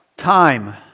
time